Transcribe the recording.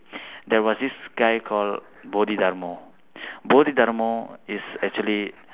there was this guy called bodhidharma bodhidharma is actually